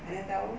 mana tahu